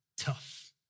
tough